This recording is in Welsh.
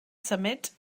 symud